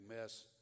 mess